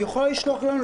היא יכולה לשלוח לנו.